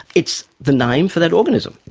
it's the name for that organism,